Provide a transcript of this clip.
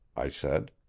i said.